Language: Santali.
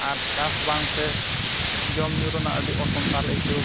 ᱟᱨ ᱪᱟᱥ ᱵᱟᱝᱛᱮ ᱡᱚᱢᱼᱧᱩ ᱨᱮᱱᱟᱜ ᱟᱹᱰᱤ ᱚᱱᱚᱴᱚᱱᱛᱟᱞᱮ ᱟᱹᱭᱠᱟᱹᱣᱮᱫᱟ